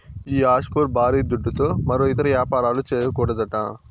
ఈ ఆఫ్షోర్ బారీ దుడ్డుతో మరో ఇతర యాపారాలు, చేయకూడదట